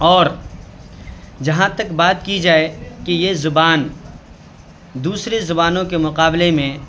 اور جہاں تک بات کی جائے کہ یہ زبان دوسرے زبانوں کے مقابلے میں